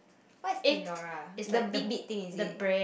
what is Pandora the bead bead thing is it